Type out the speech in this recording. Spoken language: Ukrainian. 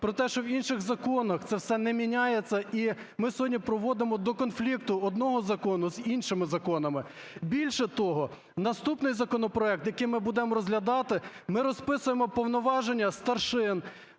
Проте, що в інших законах це все не міняється, ми сьогодні приводимо до конфлікту одного закону з іншими законами. Більше того, наступний законопроект, який ми будемо розглядати, ми розписуємо повноваження старшин,